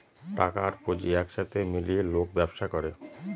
টাকা আর পুঁজি এক সাথে মিলিয়ে লোক ব্যবসা করে